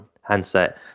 handset